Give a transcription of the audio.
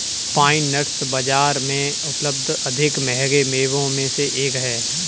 pine nuts बाजार में उपलब्ध अधिक महंगे मेवों में से एक हैं